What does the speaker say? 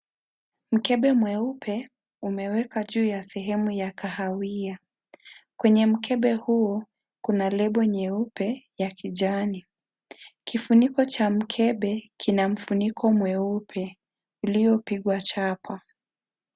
Mkebe mweupe umewekwa juu ya sehemu ya kahawia. Kwenye mkebe huo, kuna lebo nyeupe ya kijani. Kifuniko cha mkebe kina mfuniko mweupe ilyopigwa Chapa.